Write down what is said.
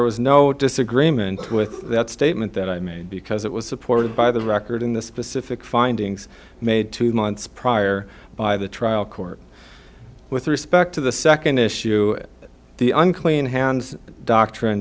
was no disagreement with that statement that i made because it was supported by the record in the specific findings made two months prior by the trial court with respect to the second issue the unclean hands doctrine